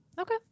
Okay